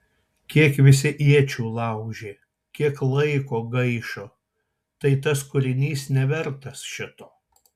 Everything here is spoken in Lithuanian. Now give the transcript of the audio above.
kiek visi iečių laužė kiek laiko gaišo tai tas kūrinys nevertas šito